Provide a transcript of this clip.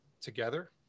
together